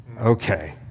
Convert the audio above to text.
okay